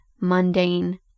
mundane